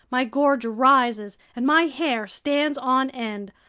my gorge rises and my hair stands on end!